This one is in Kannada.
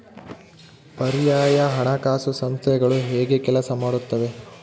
ಪರ್ಯಾಯ ಹಣಕಾಸು ಸಂಸ್ಥೆಗಳು ಹೇಗೆ ಕೆಲಸ ಮಾಡುತ್ತವೆ?